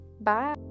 Bye